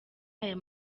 aya